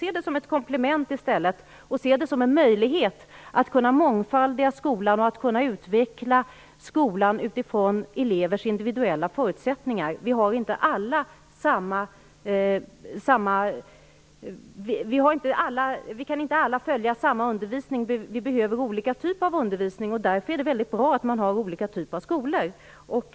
Se dem som ett komplement, en möjlighet att åstadkomma mångfald i skolan och att utveckla skolan utifrån elevernas individuella förutsättningar. Vi kan inte alla följa samma undervisning - vi behöver olika typer av undervisning, och därför är det väldigt bra att man har olika typer av skolor.